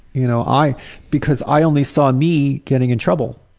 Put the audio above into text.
you know, i because i only saw me getting and trouble.